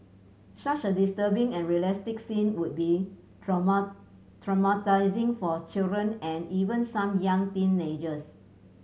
such a disturbing and realistic scene would be traumatising for children and even some young teenagers